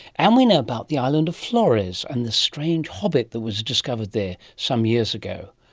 and we know about the island of flores and the strange hobbit that was discovered there some years ago.